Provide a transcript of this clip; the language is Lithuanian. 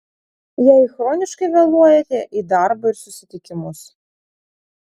jei chroniškai vėluojate į darbą ir susitikimus